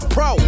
Pro